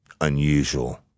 unusual